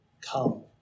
come